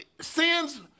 sin's